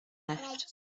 left